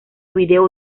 video